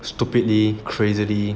stupidity crazily